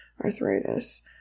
arthritis